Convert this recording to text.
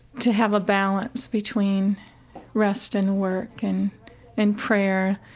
to have a balance between rest and work and and prayer,